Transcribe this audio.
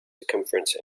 circumference